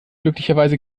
glücklicherweise